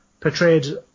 portrayed